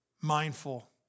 mindful